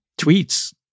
tweets